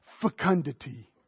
fecundity